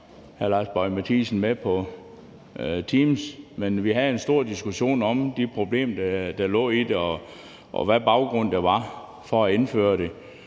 var hr. Lars Boje Mathiesen med på Teams. Vi havde en stor diskussion om de problemer, der lå i det, og hvad baggrunden var for at indføre det.